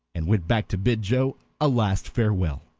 and went back to bid joe a last farewell.